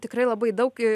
tikrai labai daug